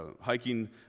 hiking